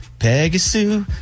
Pegasus